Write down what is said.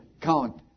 count